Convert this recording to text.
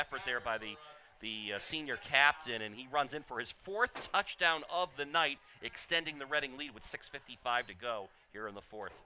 effort there by the the senior captain and he runs in for his fourth touchdown of the night extending the reading lead with six fifty five to go here in the fourth